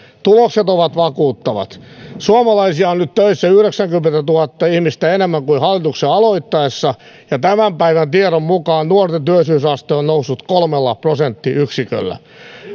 tulokset ovat vakuuttavat suomalaisia on nyt töissä yhdeksänkymmentätuhatta ihmistä enemmän kuin hallituksen aloittaessa ja tämän päivän tiedon mukaan nuorten työllisyysaste on noussut kolme prosenttiyksikköä